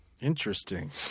Interesting